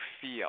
feel